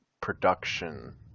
production